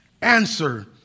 Answer